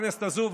בכנסת הזאת,